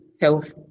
health